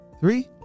three